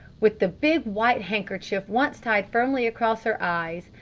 with the big white handkerchief once tied firmly across her eyes,